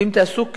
ואם תעשו כן,